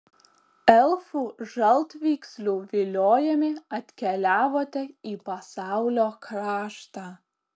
elfų žaltvykslių viliojami atkeliavote į pasaulio kraštą